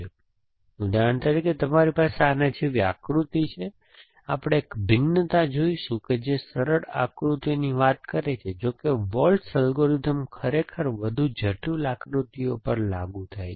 તેથી ઉદાહરણ તરીકે તમારી પાસે આના જેવી આકૃતિ છે આપણે એક ભિન્નતા જોઈશું જે સરળ આકૃતિઓની વાત કરે છે જો કે વૉલ્ટ્ઝ અલ્ગોરિધમ ખરેખર વધુ જટિલ આકૃતિઓ પર લાગુ થાય છે